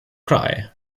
cry